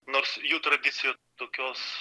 nors jų tradicijo tokios